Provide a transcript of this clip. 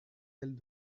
ailes